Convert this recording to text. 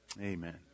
Amen